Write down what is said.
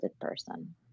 person